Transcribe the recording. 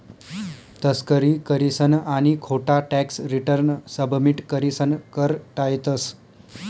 तस्करी करीसन आणि खोटा टॅक्स रिटर्न सबमिट करीसन कर टायतंस